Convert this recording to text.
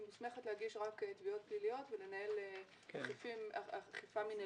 היא מוסמכת להגיש רק תביעות פליליות ולנהל אכיפה מינהלית.